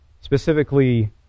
specifically